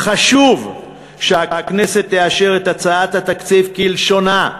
חשוב שהכנסת תאשר את הצעת התקציב כלשונה,